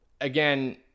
again